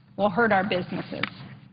will hurt our businesses.